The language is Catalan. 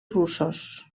russos